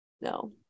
no